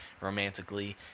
romantically